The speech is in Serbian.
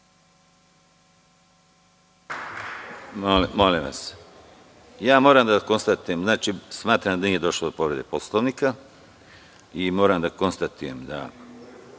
Molim vas, moram da konstatujem, smatram da nije došlo do povrede Poslovnika i moram da konstatujem da